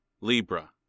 Libra